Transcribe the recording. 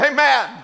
Amen